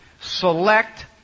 select